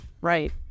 right